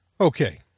Okay